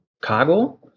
cargo